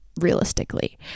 realistically